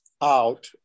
out